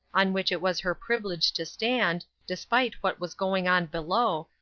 on which it was her privilege to stand, despite what was going on below,